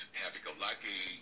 happy-go-lucky